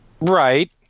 Right